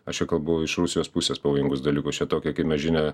aš čia kalbu iš rusijos pusės pavojingus dalykus čia tokią kaip mes žinią